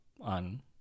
on